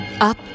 up